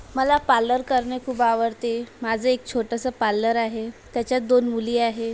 मला पाल्लर करणे खूप आवडते माझं एक छोटंसं पाल्लर आहे त्याच्यात दोन मुली आहे